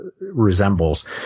resembles